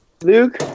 Luke